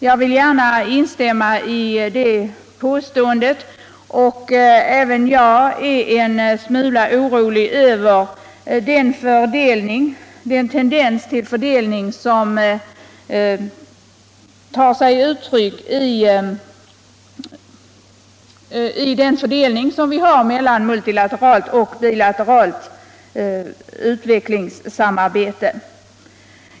Jag vill gärna instämma i det påståendet. och jag ären smula orolig över den tendens som gör sig gällande i fördelningen mellan munhilateralt och bilateralt utvecklingssamarbete.